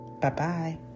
Bye-bye